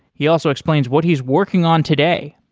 he also explains what he's working on today.